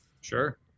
Sure